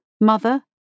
mother